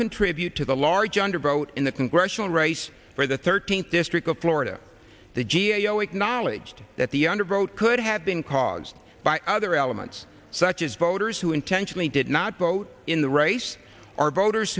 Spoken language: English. contribute to the large undervote in the congressional race for the thirteenth district of florida the g a o acknowledged that the undervote could have been caused by other elements such as voters who intentionally did not vote in the race are voters